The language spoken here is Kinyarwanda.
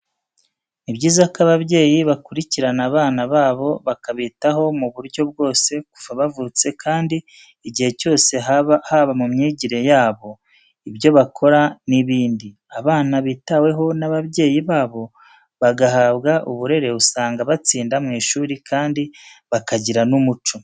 Ni byiza ko ababyeyi bakurikirana abana babo bakabitaho mu buryo bwose kuva bavutse kandi igihe cyose haba mu myigire yabo, ibyo bakora n'ibindi. Abana bitaweho n'ababyeyi babo bagahabwa uburere usanga batsinda mu ishuri kandi bakagira n'umuco.